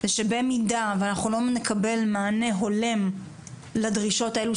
זה שבמידה ואנחנו לא נקבל מענה הולם לדרישות האלו